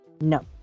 No